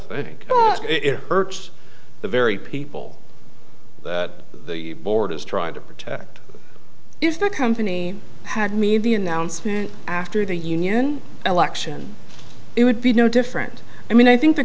think it irks the very people that the board is trying to protect if the company had made the announcement after the union election it would be no different i mean i think the